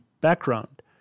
background